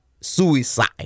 suicide